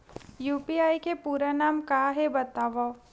UPI के पूरा नाम का हे बतावव?